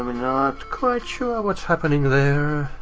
not quite sure what's happening there.